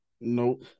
Nope